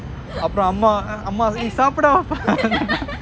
அப்பொறோம் அம்மா அம்மா சாப்பிட வாப்பா:apporom amma amma sappida vaappa